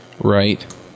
Right